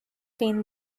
pain